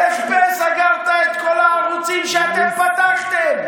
איך סגרת את כל הערוצים שאתם פתחתם?